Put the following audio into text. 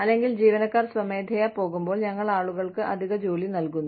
അല്ലെങ്കിൽ ജീവനക്കാർ സ്വമേധയാ പോകുമ്പോൾ ഞങ്ങൾ ആളുകൾക്ക് അധിക ജോലി നൽകുന്നു